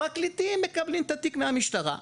הפרקליטים מקבלים את התיק מהמשטרה,